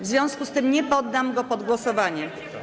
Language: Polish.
W związku z tym nie poddam go pod głosowanie.